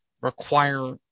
require